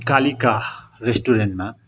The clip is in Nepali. कालिका रेस्टुरेन्टमा